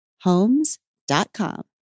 Homes.com